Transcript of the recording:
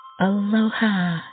Aloha